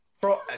Bro